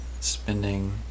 spending